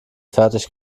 fertig